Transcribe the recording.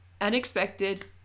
unexpected